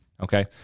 Okay